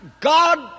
God